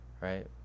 right